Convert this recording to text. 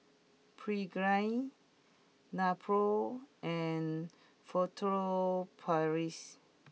Pregain Nepro and Furtere Paris